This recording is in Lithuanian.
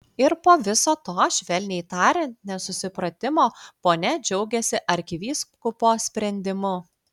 ir po viso to švelniai tariant nesusipratimo ponia džiaugiasi arkivyskupo sprendimu